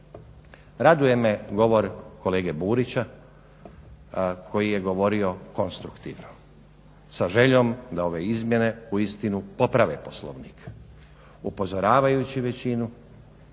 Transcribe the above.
Raduje me govor kolege Burića koji je govorio konstruktivno, sa željom da ove izmjene uistinu poprave Poslovnik, upozoravajući većinu